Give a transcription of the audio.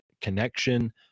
connection